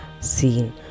seen